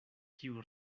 kiu